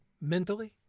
mentally